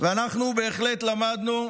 אנחנו בהחלט למדנו,